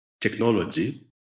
technology